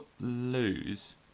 lose